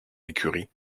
écurie